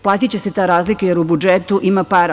Platiće se ta razlika, jer u budžetu ima para.